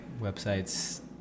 website's